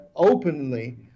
openly